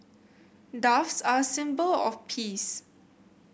doves are a symbol of peace